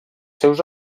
seus